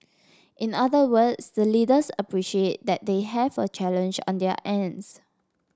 in other words the leaders appreciate that they have a challenge on their ends